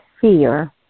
fear